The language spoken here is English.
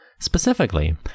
Specifically